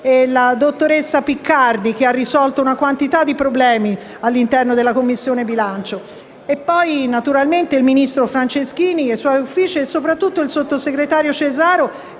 e la dottoressa Piccardi, che ha risolto una quantità di problemi all'interno della 5a Commissione. Ringrazio naturalmente il ministro Franceschini, i suoi uffici e soprattutto il sottosegretario Cesaro,